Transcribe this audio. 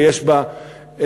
יש בה יופי.